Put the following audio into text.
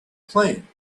plane